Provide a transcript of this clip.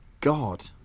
God